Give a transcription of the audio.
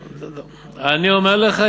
אני אומר לך,